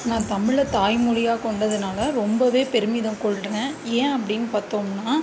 நா தமிழை தாய்மொழியாக கொண்டதுனால் ரொம்பவே பெருமிதம் கொள்கிறேன் ஏன் அப்படின் பார்த்தோம்னா